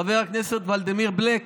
חבר הכנסת ולדימיר בליאק,